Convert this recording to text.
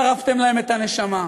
שרפתם להם את הנשמה.